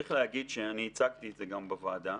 צריך להגיד שאני הצגתי את זה גם בוועדה,